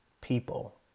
people